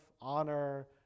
honor